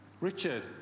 Richard